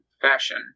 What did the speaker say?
fashion